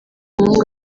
umuhungu